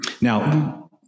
Now